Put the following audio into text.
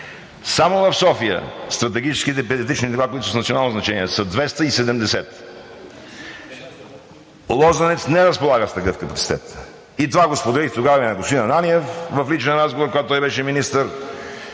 Само в София стратегическите педиатрични нива, които са с национално значение, са 270. „Лозенец“ не разполага с такъв капацитет. Това го споделих тогава и на господин Ананиев в личен разговор, когато той беше министър